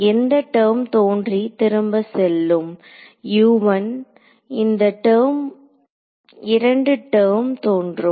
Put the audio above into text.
எந்த டெர்ம் தோன்றி திரும்ப செல்லும் எந்த இரண்டு டெர்ம் தோன்றும்